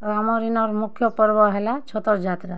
ତ ଆମର୍ ଇନର୍ ମୁଖ୍ୟ ପର୍ବ ହେଲା ଛତର୍ ଯାତ୍ରା